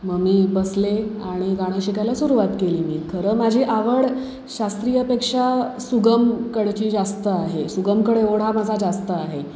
मग मी बसले आणि गाणं शिकायला सुरवात केली मी खरं माझी आवड शास्त्रीयपेक्षा सुगमकडची जास्त आहे सुगमकडे ओढा माझा जास्त आहे